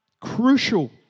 crucial